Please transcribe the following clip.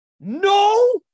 No